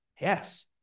yes